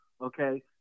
Okay